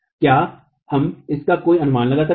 क्या हम इसका कोई अनुमान लगा सकते हैं